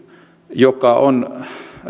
joka on